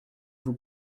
vous